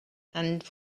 and